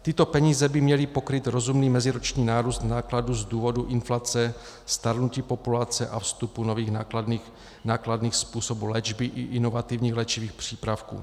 Tyto peníze by měly pokrýt rozumný meziroční nárůst nákladů z důvodu inflace, stárnutí populace a vstupu nových, nákladných způsobů léčby i inovativních léčivých přípravků.